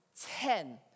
Ten